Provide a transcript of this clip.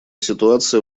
ситуация